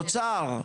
אוצר,